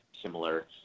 similar